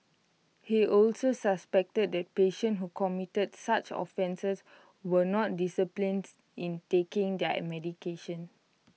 he also suspected that patients who committed such offences were not disciplines in taking their medication